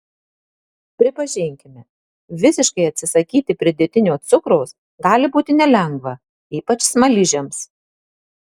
pripažinkime visiškai atsisakyti pridėtinio cukraus gali būti nelengva ypač smaližiams